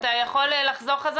אתה יכול לחזור?